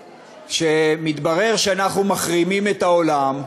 כשמתברר שאנחנו מחרימים את העולם,